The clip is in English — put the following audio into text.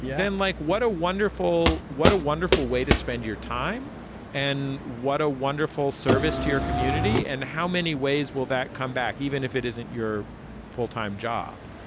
yeah like what a wonderful what a wonderful way to spend your time and what a wonderful service to your community and how many ways will that come back even if it isn't your full time job.